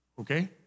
okay